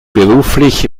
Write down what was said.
beruflich